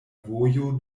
vojo